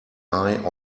eye